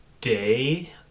day